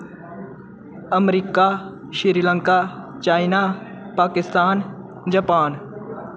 America Sri Lanka China Pakistan Japan